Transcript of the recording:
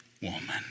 woman